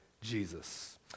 Jesus